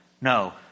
No